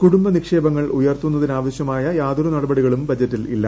കുടുംബ നിക്ഷേപങ്ങൾ ഉയർത്തുന്നതിനാവശ്യമായ യാതൊരു നടപടികളും ബജറ്റിലില്ല